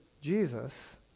Jesus